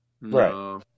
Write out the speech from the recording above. Right